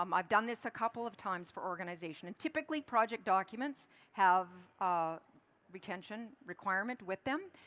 um i've done this a couple of times for organization, and typically project doc uments have ah retention req uirements with them.